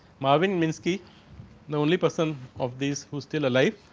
marvin minsky the only person of these whose still alive